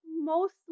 mostly